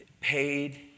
paid